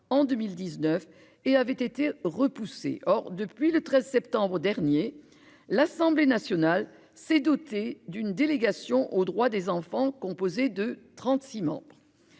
en 2019 et avait été repoussée. Or, depuis le 13 septembre dernier, l'Assemblée nationale s'est dotée d'une délégation aux droits des enfants. Composé de 36 membres.